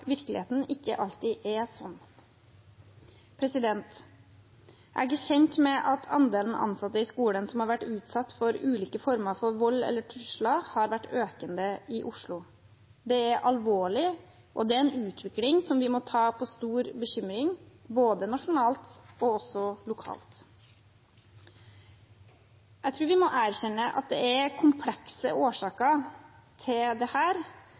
virkeligheten ikke alltid er slik. Jeg er kjent med at andelen ansatte i skolen som har vært utsatt for ulike former for vold eller trusler, har vært økende i Oslo. Det er alvorlig, og det er en utvikling vi ser på med stor bekymring, både nasjonalt og lokalt. Jeg tror vi må erkjenne at det er komplekse årsaker til dette, og at det